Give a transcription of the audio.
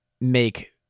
make